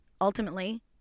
ultimately